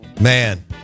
Man